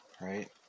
right